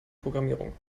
programmierung